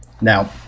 Now